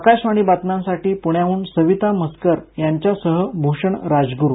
आकाशवाणी बातम्यांसाठी प्ण्याहन सविता म्हसकर यांच्यासह भूषण राजग्रू